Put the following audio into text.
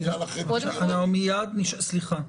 סליחה,